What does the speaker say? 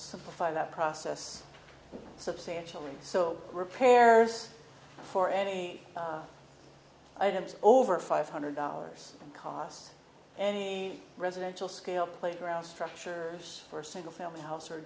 simplify that process substantially so repairs for any items over five hundred dollars in cost any residential scale playground structure for a single family house or